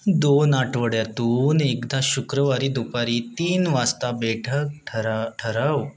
दोन आठवड्यातून एकदा शुक्रवारी दुपारी तीन वाजता बैठक ठरा ठराव